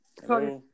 sorry